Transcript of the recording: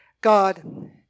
God